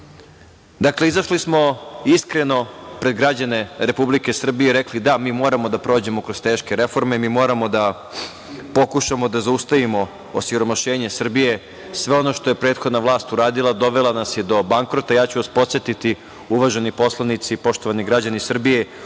nije. Dakle, izašli smo iskreno pred građane Republike Srbije rekli – da, mi moramo da prođemo kroz teške reforme, mi moramo da pokušamo da zaustavimo osiromašenje Srbije, sve ono što je prethodna vlast uradila, dovela nas je do bankrota. Podsetiću vas, uvaženi poslanici, poštovani građani Srbije,